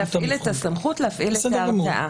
להפעיל את הסמכות, להפעיל את ההרתעה.